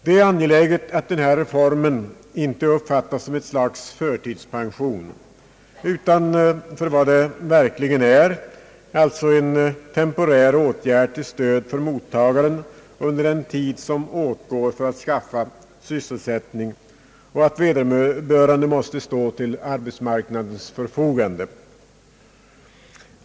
Det är angeläget att denna reform inte uppfattas som ett slags förtidspension utan som vad den verkligen är: en temporär åtgärd till stöd för mottagaren under den tid som åtgår för att skaffa sysselsättning. Vederbörande måste under den tiden stå till arbetsmarknadens förfogande.